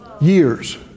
Years